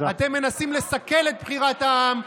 אתם מנסים לסכל את בחירת העם,